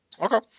Okay